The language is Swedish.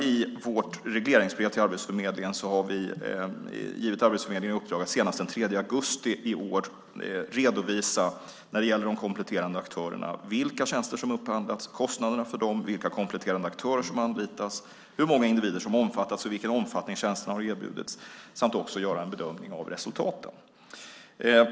I vårt regleringsbrev till Arbetsförmedlingen har vi givit Arbetsförmedlingen i uppdrag att senast den 3 augusti i år redovisa vilka tjänster som upphandlats när det gäller de kompletterande aktörerna, kostnaderna för dem, vilka kompletterande aktörer som anlitats, hur många individer som omfattats och i vilken omfattning tjänsterna har erbjudits samt också göra en bedömning av resultaten.